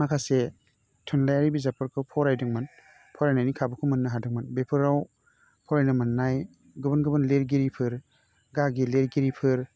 माखासे थुनलाइयारि बिजाबफोरखौ फरायदोंमोन फरायनायनि खाबुखौ मोन्नो हादोंमोन बेफोराव फरायनो मोन्नाय गुबुन गुबुन लिरगिरिफोर गागि लिरगिरिफोर